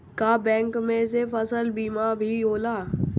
का बैंक में से फसल बीमा भी होला?